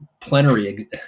plenary